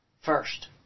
first